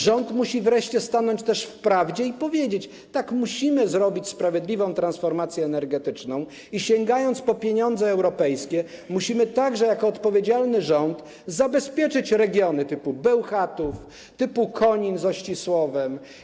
Rząd musi wreszcie też stanąć w prawdzie i powiedzieć: tak, musimy zrobić sprawiedliwą transformację energetyczną i sięgając po pieniądze europejskie, musimy także jako odpowiedzialny rząd zabezpieczyć regiony typu Bełchatów, typu Konin z Ościsłowem.